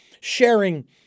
sharing